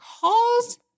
calls